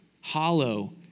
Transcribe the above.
hollow